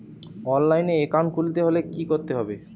অনলাইনে একাউন্ট খুলতে হলে কি করতে হবে?